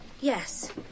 Yes